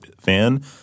fan